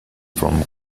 from